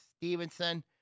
Stevenson